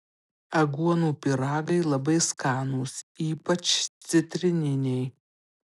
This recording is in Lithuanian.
aguonų pyragai labai skanūs ypač citrininiai